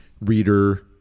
reader